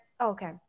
okay